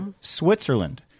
Switzerland